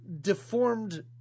deformed